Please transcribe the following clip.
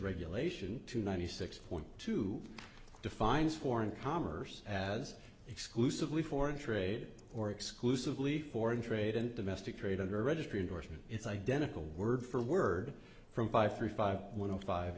regulation to ninety six point two defines foreign commerce as exclusively foreign trade or exclusively foreign trade in domestic trade or registry endorsement it's identical word for word from five three five